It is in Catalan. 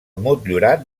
motllurat